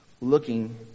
looking